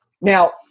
Now